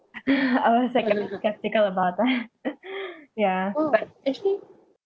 I was like a little sceptical about that ya but actually